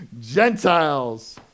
Gentiles